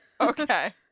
Okay